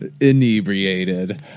inebriated